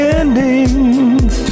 endings